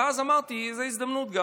ואז אמרתי שזו גם הזדמנות,